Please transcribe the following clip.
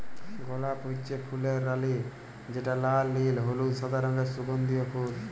গলাপ হচ্যে ফুলের রালি যেটা লাল, নীল, হলুদ, সাদা রঙের সুগন্ধিও ফুল